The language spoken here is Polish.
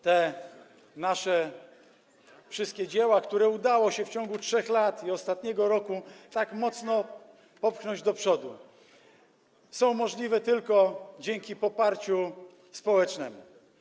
Te nasze wszystkie dzieła, które udało się w ciągu 3 lat i ostatniego roku tak mocno popchnąć do przodu, są możliwe tylko dzięki poparciu społecznemu.